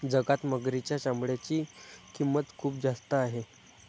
जगात मगरीच्या चामड्याची किंमत खूप जास्त आहे